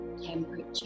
Temperature